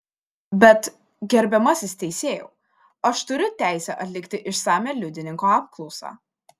bet gerbiamasis teisėjau aš turiu teisę atlikti išsamią liudininko apklausą